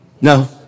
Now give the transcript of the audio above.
no